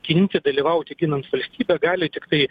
ginti dalyvauti ginant valstybę gali tiktai